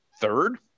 third